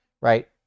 right